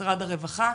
משרד הרווחה.